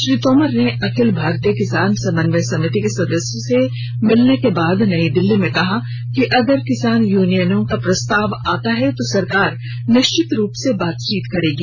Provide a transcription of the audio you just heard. श्री तोमर ने अखिल भारतीय किसान समन्वय समिति के सदस्यों से मिलने के बाद नई दिल्ली में कहा कि अगर किसान यूनियनों का प्रस्ताव आता है तो सरकार निश्चित रूप से बातचीत करेगी